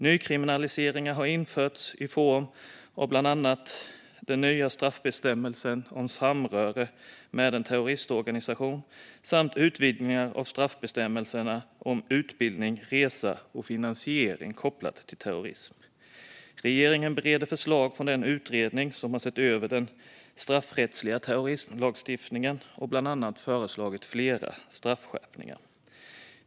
Nykriminaliseringar har införts i form av bland annat den nya straffbestämmelsen om samröre med en terroristorganisation samt utvidgningar av straffbestämmelserna om utbildning, resa och finansiering kopplat till terrorism. Regeringen bereder förslag från den utredning som har sett över hela den straffrättsliga terrorismlagstiftningen och bland annat föreslagit flera straffskärpningar.